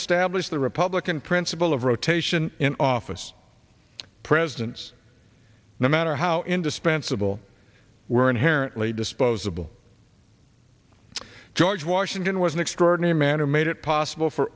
established the republican principle of rotation in office presidents no matter how indispensable were inherently disposable george washington was an extraordinary man who made it possible for